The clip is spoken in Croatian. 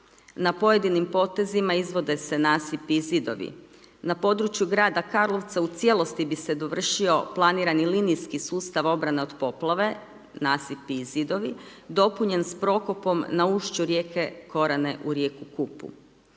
na pojedinim potezima izvode se nasipi i zidovi. Na području grada Karlovca u cijelosti bi se dovršio planirani linijski sustav obrana od poplave, nasipi i zidovi, dopunjen s prokopom na ušću rijeke Korane u rijeku Kupu.